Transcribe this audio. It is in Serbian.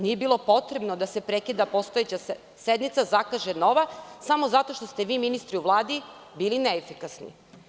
Nije bilo potrebno da se prekida postojeća sednica i zakaže nova samo zato što ste vi ministri u Vladi bili neefikasni.